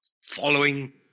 following